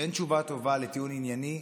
כשאין תשובה טובה לטיעון ענייני,